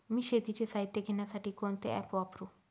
मी शेतीचे साहित्य घेण्यासाठी कोणते ॲप वापरु?